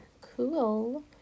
Cool